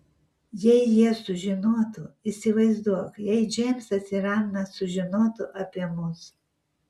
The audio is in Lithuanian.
jei jie sužinotų įsivaizduok jei džeimsas ir ana sužinotų apie mus